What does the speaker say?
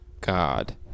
god